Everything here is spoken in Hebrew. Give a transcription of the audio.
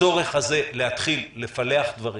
הצורך להתחיל לפלח דברים,